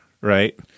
right